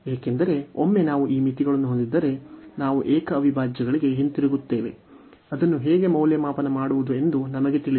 ಏಕೆಂದರೆ ಒಮ್ಮೆ ನಾವು ಈ ಮಿತಿಗಳನ್ನು ಹೊಂದಿದ್ದರೆ ನಾವು ಏಕ ಅವಿಭಾಜ್ಯಗಳಿಗೆ ಹಿಂತಿರುಗುತ್ತೇವೆ ಅದನ್ನು ಹೇಗೆ ಮೌಲ್ಯಮಾಪನ ಮಾಡುವುದು ಎಂದು ನಮಗೆ ತಿಳಿದಿದೆ